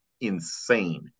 insane